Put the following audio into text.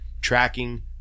tracking